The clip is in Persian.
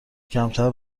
کمتر